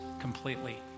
completely